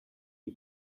wie